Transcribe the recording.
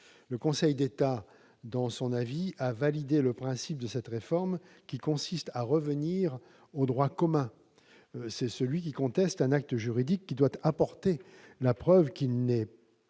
Le Conseil d'État a, dans son avis, validé le principe de cette réforme, qui consiste à revenir au droit commun : c'est celui qui conteste un acte juridique qui doit apporter la preuve qu'il n'est pas